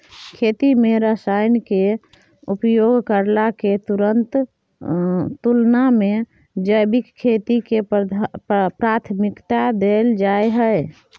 खेती में रसायन के उपयोग करला के तुलना में जैविक खेती के प्राथमिकता दैल जाय हय